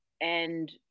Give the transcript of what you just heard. and-